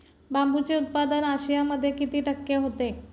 बांबूचे उत्पादन आशियामध्ये किती टक्के होते?